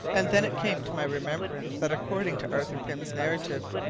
and then it came to my remembrance that according to arthur pym's narrative,